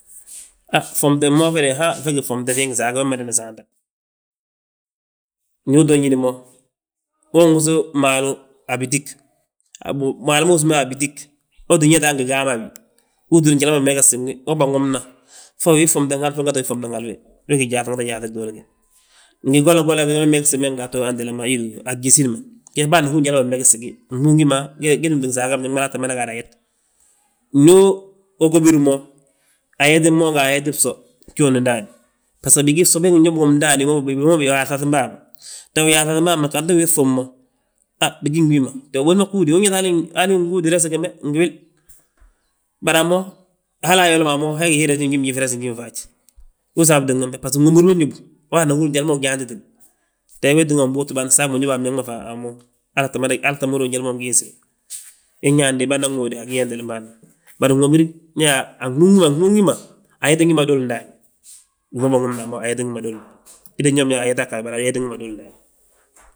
Ha ffomte mo fe de, fe gí ffomte fii gisaage fe madana saanta. Ndu uto ñín mo, wo nwúsi maalu, a bitig, maalu uwúsim be a bitig, utin wéeti han gi uu ttúr njali ma bimegesin wi, wo bânwomna. Fo wii ffomten hal fo ngette wii ffomten hali wi, e gí gyíŧ nge gyíŧi gduuli gi. Ngi golla golla ge gima bimegesi be gdaatu, hetele ma hi du a giwsin ma banaa húr njali ma bimegesti gi. Gbúŋ gi ma ge númti gisaage a biñaŋ halaa tta gaade ayet. Ndu ugóbir mo, ayeti mo nga ayeti bso gjóodi ndaani. Bbaso bigii bso bég ngi ñób mo womi wi ma wi ma uyaaŧabàa ma. Te uyaaŧabàa ma ganti wii ŧub mo a bigí ngi wi ma, ha te ubiiŧa bgúudi, ubiiŧa hali ngúudi rese geme ngi wil. Bari a mo, hala ayolo ma a mo he gi hii rese ngiminjiif tana resi njiminfaaj, wi saabutin wembe bbaso, nwomir ma ñóbu. Bâna húri njali ma gyaantitini, te wee tinga gbóotin bâan saag ma ñób a biñaŋ ma fan a mo. Halaa tta húri njali ma ungiisi, inyaandi bâana ŋóode a gii yentelen bâan ma. Bari nwomir ñe yaa: a gbúŋ gi ma, a gbúŋ gi ma ayeti wi ma duuli ndaani, gima bânwomna bo ayetin wi ma nduuli ndaani, itin ñoom yaa ayetaa ggaaj bari ayeti wima duuli ndaani.